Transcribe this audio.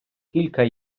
кілька